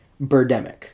Birdemic